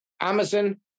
Amazon